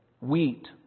wheat